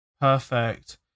perfect